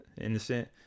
innocent